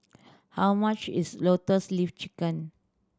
how much is Lotus Leaf Chicken